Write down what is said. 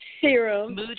serum